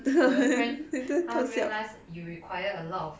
我的 friend 她 realize you require a lot of